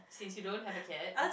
since you don't have a cat